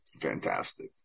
Fantastic